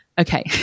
okay